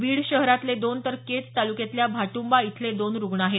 बीड शहरातले दोन तर केज तालुक्यातल्या भाटुंबा इथले दोन रुग्ण आहे